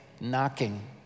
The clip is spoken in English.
knocking